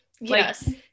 Yes